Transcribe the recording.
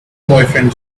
boyfriend